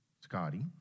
Scotty